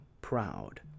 proud